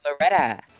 Loretta